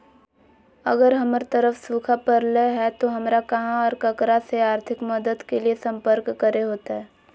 अगर हमर तरफ सुखा परले है तो, हमरा कहा और ककरा से आर्थिक मदद के लिए सम्पर्क करे होतय?